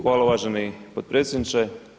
Hvala uvaženi potpredsjedniče.